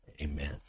amen